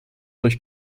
durch